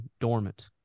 dormant